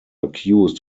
accused